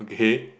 okay